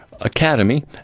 Academy